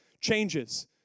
changes